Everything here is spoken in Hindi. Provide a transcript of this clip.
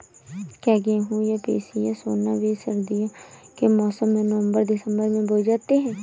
क्या गेहूँ या पिसिया सोना बीज सर्दियों के मौसम में नवम्बर दिसम्बर में बोई जाती है?